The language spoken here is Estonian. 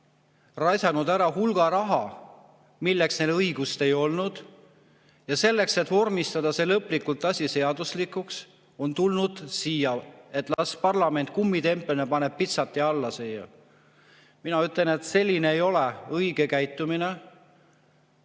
raisanud ära hulga raha, milleks neil õigust ei olnud, ja selleks et vormistada see lõplikult ära, teha seaduslikuks, on nad tulnud siia, et las parlament, kummitempel, paneb pitsati alla. Mina ütlen, et selline ei ole õige käitumine.